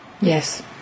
Yes